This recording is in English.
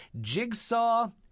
Jigsaw